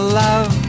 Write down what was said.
love